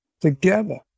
together